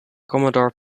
commodore